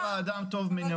יצר לב האדם טוב מנעוריו,